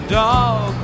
dog